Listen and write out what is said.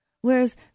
Whereas